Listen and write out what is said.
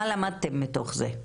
מה למדתם מתוך זה?